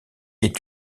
est